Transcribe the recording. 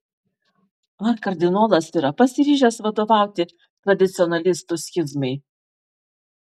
ar kardinolas yra pasiryžęs vadovauti tradicionalistų schizmai